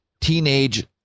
teenage